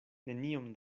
neniom